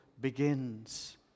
begins